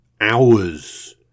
hours